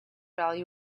value